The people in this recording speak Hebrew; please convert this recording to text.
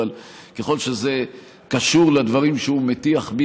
אבל ככל שזה קשור לדברים שהוא מטיח בי,